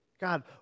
God